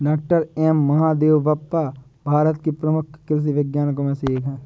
doctor M Mahadevappa Bharat के प्रमुख कृषि वैज्ञानिकों में से एक हैं